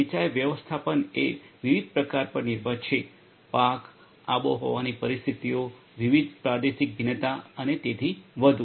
સિંચાઇ વ્યવસ્થાપનએ વિવિધ પ્રકાર પર નિર્ભર છે પાક આબોહવાની પરિસ્થિતિઓ વિવિધ પ્રાદેશિક ભિન્નતા અને તેથી વધુ